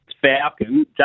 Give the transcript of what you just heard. Falcon